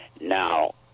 Now